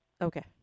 Okay